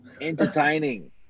Entertaining